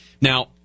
now